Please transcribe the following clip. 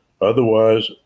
Otherwise